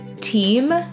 Team